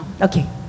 Okay